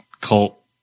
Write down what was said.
cult